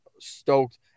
stoked